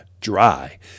dry